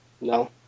No